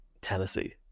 tennessee